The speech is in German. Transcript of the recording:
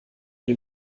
den